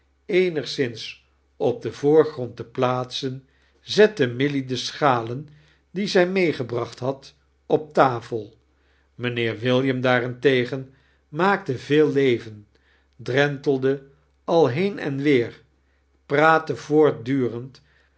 eenigsaints op den voorgrond te plaatsen zette milly de schalen die zij meegeforacht had op tafel mijnheer william daarenitegen maakte veel levein dremtelde al heen en weer praatte